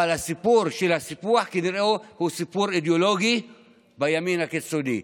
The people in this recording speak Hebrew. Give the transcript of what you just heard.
אבל הסיפור של הסיפוח כנראה הוא סיפור אידיאולוגי בימין הקיצוני.